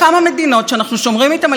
למרות גילויים של אנטישמיות,